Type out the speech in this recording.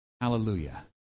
Hallelujah